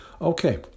Okay